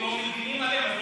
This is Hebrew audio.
לא מגינים עליהם,